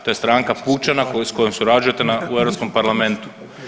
To je stranka Pučana s kojom surađujete u Europskom parlamentu.